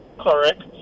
correct